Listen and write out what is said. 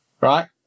right